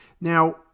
Now